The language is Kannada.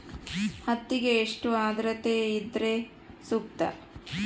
ಹತ್ತಿಗೆ ಎಷ್ಟು ಆದ್ರತೆ ಇದ್ರೆ ಸೂಕ್ತ?